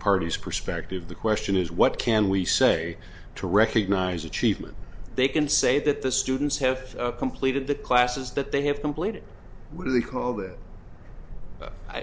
party's perspective the question is what can we say to recognize achievement they can say that the students have completed the classes that they have completed what do they call that i